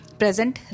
present